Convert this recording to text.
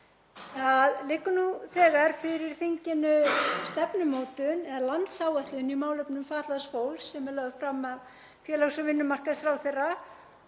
Það liggur nú þegar fyrir þinginu stefnumótun eða landsáætlun í málefnum fatlaðs fólks sem er lögð fram af félags- og vinnumarkaðsráðherra,